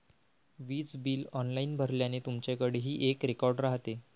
वीज bill online भरल्याने, तुमच्याकडेही एक रेकॉर्ड राहते